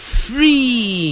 free